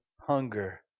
hunger